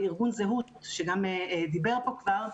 ארגון זהות שגם דיבר פה כבר,